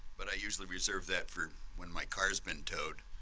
but i usually reserve that for when my car's been towed.